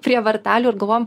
prie vartelių ir galvojam